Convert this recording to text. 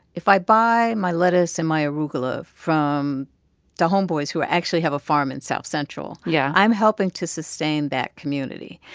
if i buy my lettuce and my arugula from the homeboys who actually have a farm in south central. yeah. i'm helping to sustain that community.